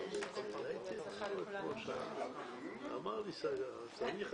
הישיבה ננעלה בשעה 10:13.